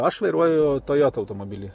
aš vairuoju toyota automobilį